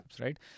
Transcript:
right